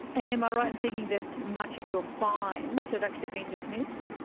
and am i right in thinking that much of your fines have actually been dismissed?